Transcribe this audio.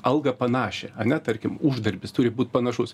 algą panašią ane tarkim uždarbis turi būt panašus